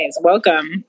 welcome